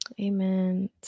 Amen